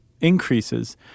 increases